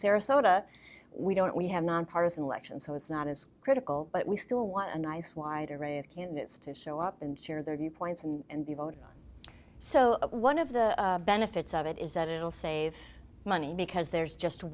sarasota we don't we have nonpartisan elections so it's not as critical but we still want a nice wide array of candidates to show up and share their viewpoints and vote so one of the benefits of it is that it will save money because there's just